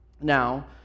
Now